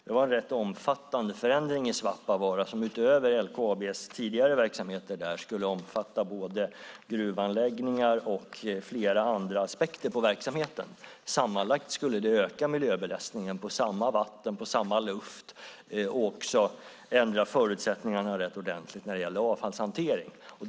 Det var en rätt omfattande förändring i Svappavaara som utöver LKAB:s tidigare verksamheter där skulle omfatta både gruvanläggningar och flera andra aspekter på verksamheten. Sammanlagt skulle det öka miljöbelastningen på samma vatten, på samma luft och skulle också ändra förutsättningarna rätt ordentligt för avfallshantering.